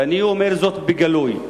אני אומר זאת בגלוי,